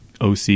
OC